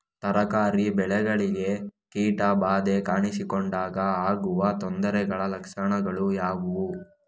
ತರಕಾರಿ ಬೆಳೆಗಳಿಗೆ ಕೀಟ ಬಾಧೆ ಕಾಣಿಸಿಕೊಂಡಾಗ ಆಗುವ ತೊಂದರೆಗಳ ಲಕ್ಷಣಗಳು ಯಾವುವು?